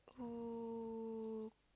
uh